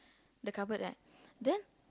the cupboard right then